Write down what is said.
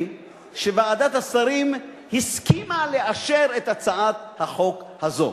שוועדת השרים הסכימה לאשר את הצעת החוק הזאת.